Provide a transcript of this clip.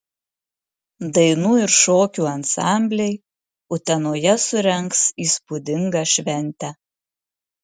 dainų ir šokių ansambliai utenoje surengs įspūdingą šventę